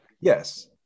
Yes